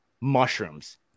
mushrooms